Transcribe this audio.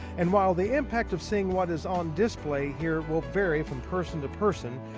and while the impact of seeing what is on display here will vary from person to person,